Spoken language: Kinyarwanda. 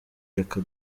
reka